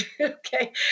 Okay